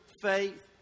faith